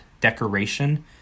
decoration